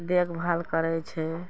देखभाल करै छै